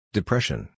Depression